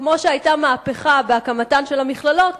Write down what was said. כמו שהיתה מהפכה בהקמתן של המכללות,